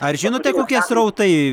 ar žinote kokie srautai